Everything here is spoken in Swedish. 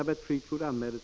Herr talman!